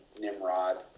Nimrod